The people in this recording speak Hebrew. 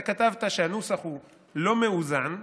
אתה כתבת שהנוסח הוא לא מאוזן,